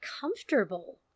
comfortable